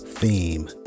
Theme